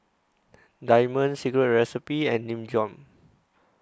Diamond Secret Recipe and Nin Jiom